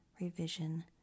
revision